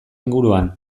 inguruan